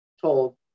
told